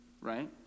Right